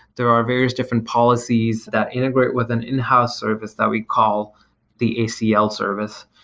there are various different policies that integrate with an in-house service that we call the acl service.